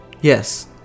yes